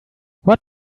what